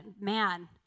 man